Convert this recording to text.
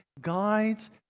guides